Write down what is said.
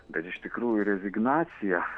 bet iš tikrųjų rezignacija